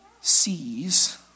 sees